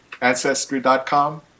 ancestry.com